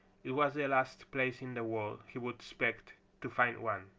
it was the last place in the world he would expect to find one.